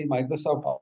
Microsoft